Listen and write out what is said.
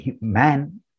man